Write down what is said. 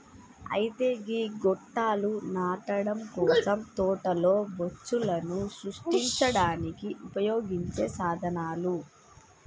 అయితే గీ గొట్టాలు నాటడం కోసం తోటలో బొచ్చులను సృష్టించడానికి ఉపయోగించే సాధనాలు